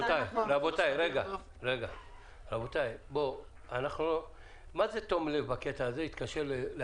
רבותיי, מה זה תום לב בהקשר הזה?